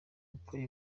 apple